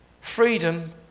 freedom